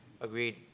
Agreed